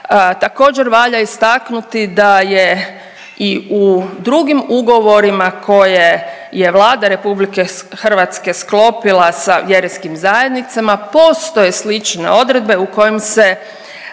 također valja istaknuti da je i u drugim ugovorima koje je Vlada RH sklopila s vjerskim zajednicama postoje slične odredbe u kojem se